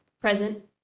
Present